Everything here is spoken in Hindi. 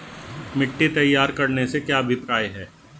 मिट्टी तैयार करने से क्या अभिप्राय है?